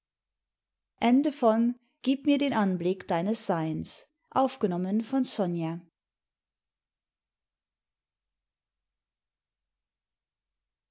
gib mir den anblick deines seins o